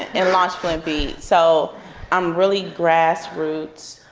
and launched flint beat. so i'm really grassroots,